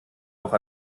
auch